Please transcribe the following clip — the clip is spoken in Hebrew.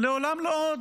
"לעולם לא עוד".